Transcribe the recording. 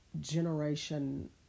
generation